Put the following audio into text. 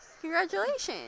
Congratulations